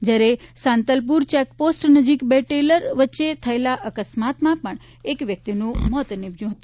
જ્યારે સાંતલપુર ચેકપોસ્ટ નજીક બે ટેલર વચ્ચે થયેલાં અકસ્માતમાં એક વ્યક્તિનું મોત થયું છે